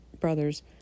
brothers